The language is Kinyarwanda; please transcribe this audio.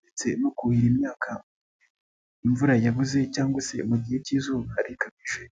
ndetse no kuhira imyaka imvura yabuze cyangwa se mu gihe cy'izuba rikabije.